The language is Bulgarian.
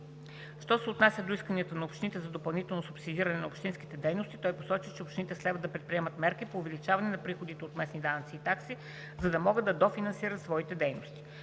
Що се отнася до исканията на общините за допълнително субсидиране на общинските бюджети той посочи, че общините следва да предприемат мерки по увеличение на приходите от местни данъци и такси, за да могат да дофинансират своите дейности.